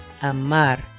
amar